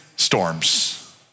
storms